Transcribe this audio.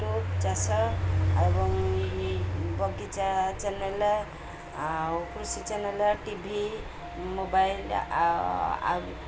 ଚାଷ ଏବଂ ବଗିଚା ଚ୍ୟାନେଲ୍ ଆଉ କୃଷି ଚ୍ୟାନେଲ୍ ଟି ଭି ମୋବାଇଲ୍ ଆଉ